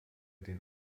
den